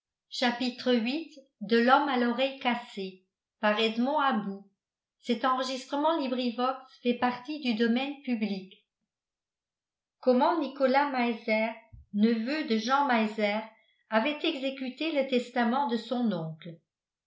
viii comment nicolas meiser neveu de jean meiser avait exécuté le testament de son oncle